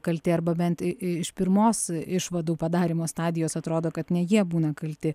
kalti arba bent i iš pirmos išvadų padarymo stadijos atrodo kad ne jie būna kalti